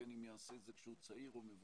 בין אם יעשה את זה כשהוא צעיר או מבוגר,